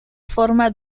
forma